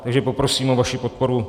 Takže poprosím o vaši podporu.